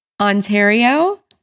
Ontario